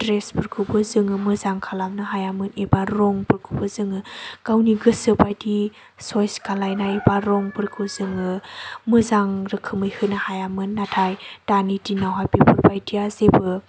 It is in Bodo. ड्रेसफोरखौबो जोङो मोजां खालामनो हायामोन एबा रंफोरखौबो जोङो गावनि गोसोबायदि च'यस खालामनाय बा रंफोरखौ जोङो मोजां रोखोमै होनो हायामोन नाथाय दानि दिनावहाय बेफोरबायदिया जेबो